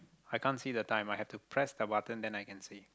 I can't see the time I have to press the button then I can see